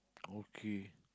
okay